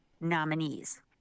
nominees